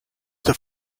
the